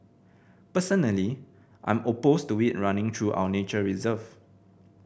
personally I'm opposed to it running through our nature reserve